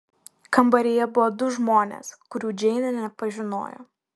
kambaryje buvo du žmonės kurių džeinė nepažinojo